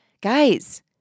Guys